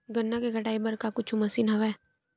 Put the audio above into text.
गन्ना के कटाई बर का कुछु मशीन हवय?